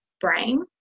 brain